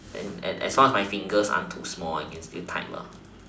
and and as long as my fingers aren't too small I can still type